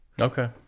Okay